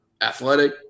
athletic